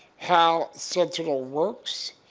how sentinel works,